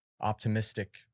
optimistic